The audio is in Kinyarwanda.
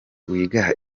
wiga